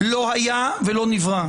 לא היה ולא נברא.